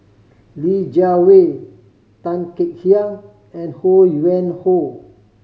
Li Jiawei Tan Kek Hiang and Ho Yuen Hoe